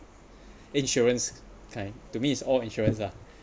insurance kind to me it's all insurance lah